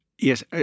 Yes